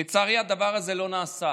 לצערי, הדבר הזה לא נעשה.